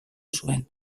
zuen